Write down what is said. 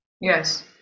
yes